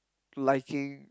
liking